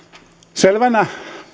selvänä